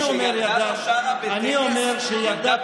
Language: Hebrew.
כשילדה בת 12